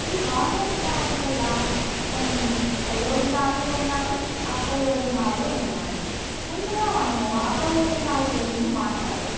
ఈ online class వల్ల కొన్ని ప్రయోజనాలు ఉన్నాయి అప్రయోజనాలు ఉన్నాయి ముందుగా మనము అప్రయోజనాల గురించి మాట్లాడుకుందాము